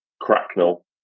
Cracknell